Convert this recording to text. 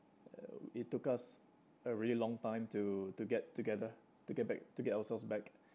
uh it took us a really long time to to get together to get back to get ourselves back